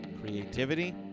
creativity